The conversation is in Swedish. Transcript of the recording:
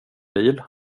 bil